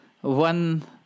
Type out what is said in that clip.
One